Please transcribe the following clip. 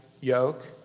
yoke